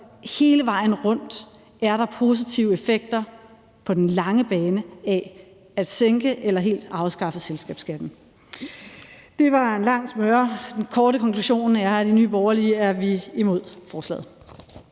hele vejen rundt er der positive effekter på den lange bane af at sænke eller helt afskaffe selskabsskatten. Det var en lang smøre. Den korte konklusion er, at i Nye Borgerlige er vi imod forslaget.